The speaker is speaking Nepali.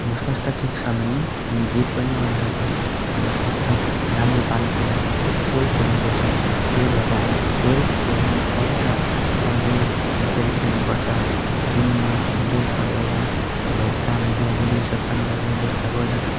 हाम्रो स्वास्थ्य ठिक छ भने हामी जे पनि गर्न सक्छुम् हाम्रो स्वास्थ्य राम्रो पार्नुको लागि चाहिँ खेल खेल्नु पर्छ त्यही भएर हामी खेल खेल्नु पर्छ सधैँ खेल खेल्नु पर्छ दिनमा बेलुका गएर अब काम ब्यान दिउसो काम गरेर बेलका गोएर